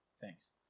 Thanks